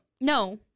No